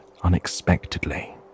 unexpectedly